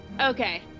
Okay